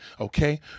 Okay